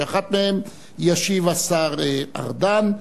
שעל אחת מהן ישיב השר ארדן.